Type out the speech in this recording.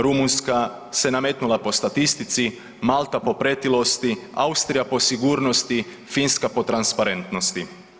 Rumunjska se nametnula po statistici, Malta po pretilosti, Austrija po sigurnosti, Finska po transparentnosti.